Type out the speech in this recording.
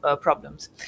problems